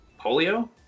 polio